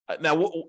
Now